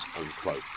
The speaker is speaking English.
unquote